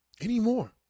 anymore